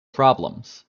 problems